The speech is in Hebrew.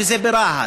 ברהט.